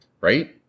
Right